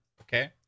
Okay